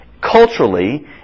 culturally